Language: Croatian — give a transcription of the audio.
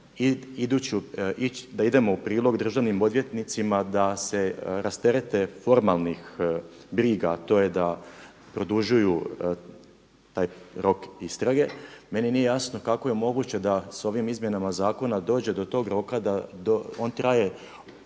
da idemo u prilog državnim odvjetnicima da se rasterete formalnih briga a to je da produžuju taj rok istrage. Meni nije jasno kako je moguće da s ovim izmjenama zakona dođe do tog roka da on traje do